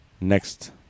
Next